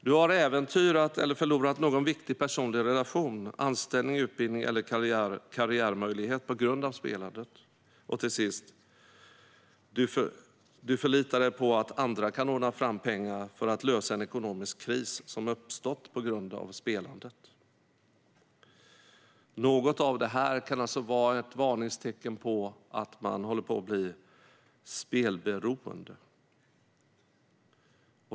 Du har äventyrat eller förlorat någon viktig personlig relation, anställning, utbildning eller karriärmöjlighet på grund av spelandet. Du förlitar dig på att andra kan ordna fram pengar för att lösa en ekonomisk kris som uppstått på grund av spelandet." Detta kan alltså vara varningstecken på att man håller på att bli spelberoende.